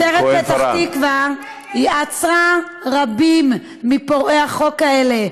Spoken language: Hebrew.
משטרת פתח תקווה עצרה רבים מפורעי החוק האלה,